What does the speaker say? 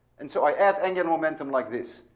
and so i add angular momentum like this.